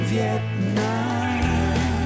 Vietnam